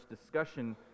discussion